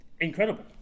Incredible